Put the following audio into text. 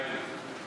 מתחייב אני